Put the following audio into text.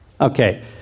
Okay